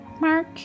Mark